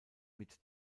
mit